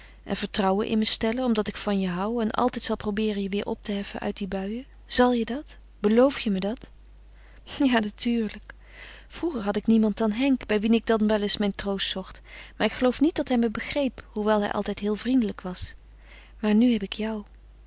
en vertrouwen in me stellen omdat ik van je hoû en altijd zal probeeren je weêr op te heffen uit die buien zal je dat beloof je me dat ja natuurlijk vroeger had ik niemand dan henk bij wien ik dan wel eens mijn troost zocht maar ik geloof niet dat hij me begreep hoewel hij altijd heel vriendelijk was maar nu heb ik jou